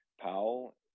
Powell